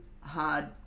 hard